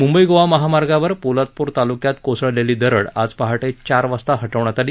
मुंबई गोवा महामार्गावर पोलादपूर ताल्क्यात कोसळलेली दरड आज पहाटे चार वाजता हटवण्यात आली